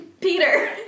Peter